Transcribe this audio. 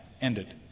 ended